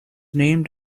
named